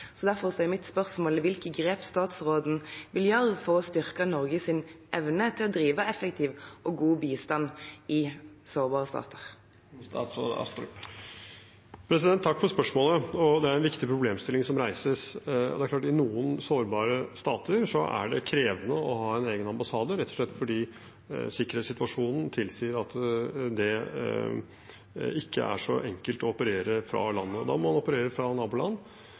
Derfor er mitt spørsmål hvilke grep statsråden vil gjøre for å styrke Norges evne til å drive effektiv og god bistand i sårbare stater. Takk for spørsmålet. Det er en viktig problemstilling som reises. Det er klart at i noen sårbare stater er det krevende å ha en egen ambassade, rett og slett fordi sikkerhetssituasjonen tilsier at det ikke er så enkelt å operere fra landet. Da må man operere fra naboland,